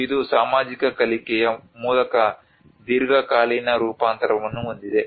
ಮತ್ತು ಇದು ಸಾಮಾಜಿಕ ಕಲಿಕೆಯ ಮೂಲಕ ದೀರ್ಘಕಾಲೀನ ರೂಪಾಂತರವನ್ನು ಹೊಂದಿದೆ